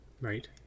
Right